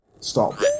Stop